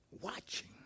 Watching